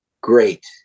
great